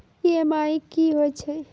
EMI कि होय छै?